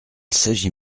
s’agit